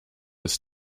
ist